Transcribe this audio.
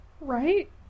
Right